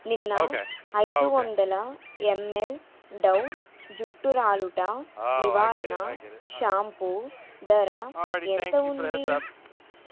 నిన్న ఐదు వందల ఎంఎల్ డవ్ జుట్టు రాలుట నివారణ షాంపూ ధర ఎంత ఉంది